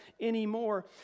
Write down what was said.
anymore